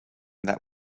that